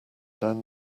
down